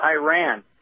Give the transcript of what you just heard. Iran